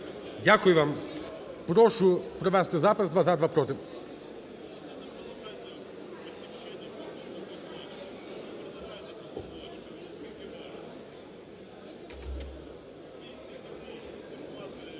Дякую вам. Прошу провести запис: